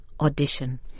audition